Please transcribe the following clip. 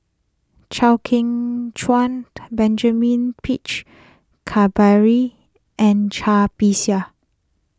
Chew Kheng Chuan Benjamin Peach Keasberry and Cai Bixia